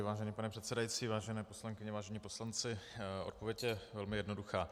Vážený pane předsedající, vážené poslankyně, vážení poslanci, odpověď je velmi jednoduchá.